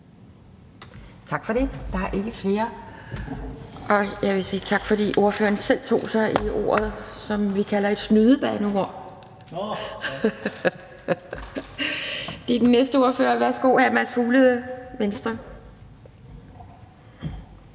Tak for det. Der er ikke flere korte bemærkninger. Jeg vil sige tak, fordi ordføreren selv tog sig i at bruge ordet, som vi kalder et snydebandeord. Det er den næste ordfører. Værsgo, hr. Mads Fuglede, Venstre.